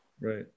Right